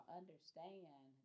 understand